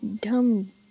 dumb